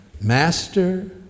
Master